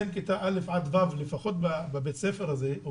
בין כיתה א' עד ו' וכן ילדי הגנים,